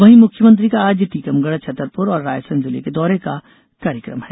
वहीं मुख्यमंत्री का आज टीकमगढ़ छतरपुर और रायसेन जिले के दौरे का कार्यक्रम है